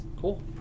Cool